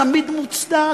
תמיד מוצדק,